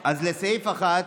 לסעיף 1,